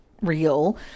real